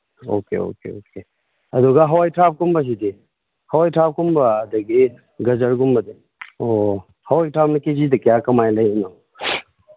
okay okay okay ꯑꯗꯨꯒ ꯍꯋꯥꯏ ꯊ꯭ꯔꯥꯛꯀꯨꯝꯕꯁꯤꯗꯤ ꯍꯋꯥꯏ ꯊ꯭ꯔꯥꯛꯀꯨꯝꯕ ꯑꯗꯒꯤ ꯒꯖꯔꯒꯨꯝꯕꯁꯦ ꯑꯣ ꯑꯣ ꯍꯋꯥꯏ ꯊ꯭ꯔꯥꯛꯅ ꯀꯦ ꯖꯤꯗ ꯀꯌꯥ ꯀꯃꯥꯏꯅ ꯂꯩꯔꯤꯅꯣ